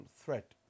threat